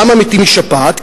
למה מתים משפעת?